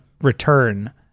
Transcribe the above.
return